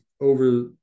over